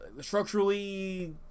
Structurally